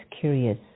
curious